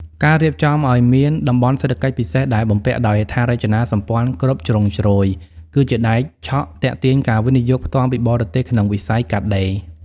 ការរៀបចំឱ្យមានតំបន់សេដ្ឋកិច្ចពិសេសដែលបំពាក់ដោយហេដ្ឋារចនាសម្ព័ន្ធគ្រប់ជ្រុងជ្រោយ គឺជាដែកឆក់ទាក់ទាញការវិនិយោគផ្ទាល់ពីបរទេសក្នុងវិស័យកាត់ដេរ។